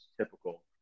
typical